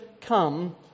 come